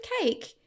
cake